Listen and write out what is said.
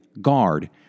guard